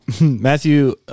Matthew